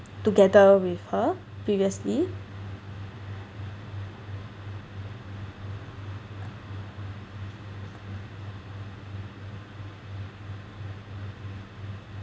together with her previously